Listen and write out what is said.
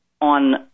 on